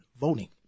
voting